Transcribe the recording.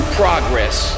progress